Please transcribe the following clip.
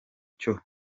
cyo